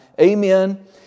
amen